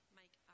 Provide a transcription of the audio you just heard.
make